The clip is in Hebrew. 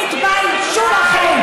תתביישו לכם.